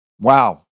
Wow